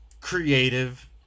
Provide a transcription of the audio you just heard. creative